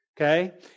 Okay